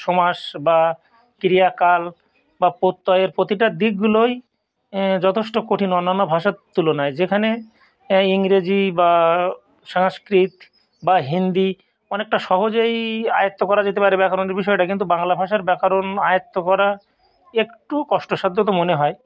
সমাস বা ক্রিয়াকাল বা প্রত্যয়ের প্রতিটা দিকগুলোই যথেষ্ট কঠিন অন্যান্য ভাষার তুলনায় যেখানে ইংরেজি বা সংস্কৃত বা হিন্দি অনেকটা সহজেই আয়ত্ত করা যেতে পারে ব্যাকরণের বিষয়টা কিন্তু বাংলা ভাষার ব্যাকরণ আয়ত্ত করা একটু কষ্টসাধ্য তো মনে হয়